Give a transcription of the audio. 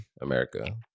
America